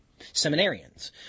seminarians